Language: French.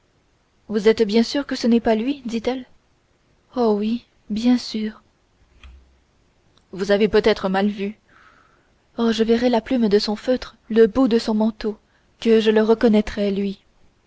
vous êtes bien sûre que ce n'est pas lui dit-elle oh oui bien sûre vous avez peut-être mal vu oh je verrais la plume de son feutre le bout de son manteau que je le reconnaîtrais lui